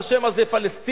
בשם הזה פלשתינה,